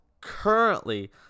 currently